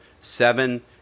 seven